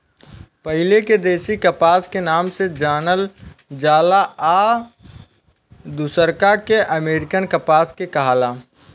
पहिले के देशी कपास के नाम से जानल जाला आ दुसरका के अमेरिकन कपास के कहाला